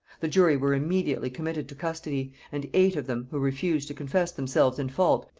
the jury were immediately committed to custody, and eight of them, who refused to confess themselves in fault,